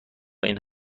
این